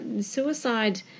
suicide